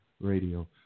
Radio